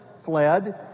fled